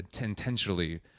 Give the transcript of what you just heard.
intentionally